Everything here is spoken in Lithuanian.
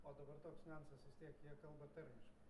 o dabar toks niuansas vis tiek jie kalba tarmiškai